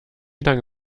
lange